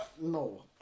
No